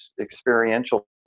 experiential